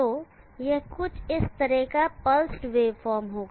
तो यह कुछ इस तरह का पल्सड वेवफॉर्म होगा